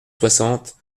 soixante